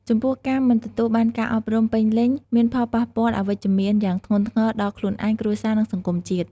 ចំពោះការមិនទទួលបានការអប់រំពេញលេញមានផលប៉ះពាល់អវិជ្ជមានយ៉ាងធ្ងន់ធ្ងរដល់ខ្លួនឯង គ្រួសារ និងសង្គមជាតិ។